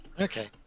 Okay